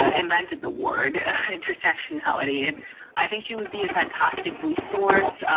ah invented the word intersectionality. and i think she would be a fantastic resource.